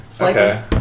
Okay